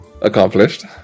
accomplished